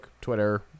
Twitter